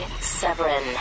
Severin